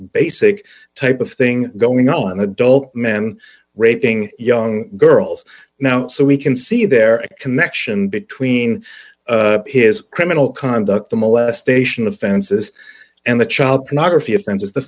basic type of thing going on adult men raping young girls now so we can see their connection between his criminal conduct the molestation offenses and the child pornography offenses the